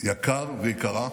יקר ויקרה.